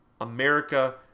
America